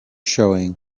showing